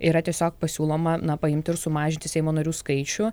yra tiesiog pasiūloma na paimti ir sumažinti seimo narių skaičių